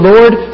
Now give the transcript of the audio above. Lord